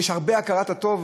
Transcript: יש הרבה הכרת הטוב